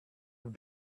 have